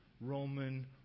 Roman